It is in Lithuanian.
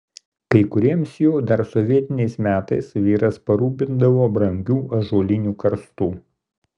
kai kuriems jų dar sovietiniais metais vyras parūpindavo brangių ąžuolinių karstų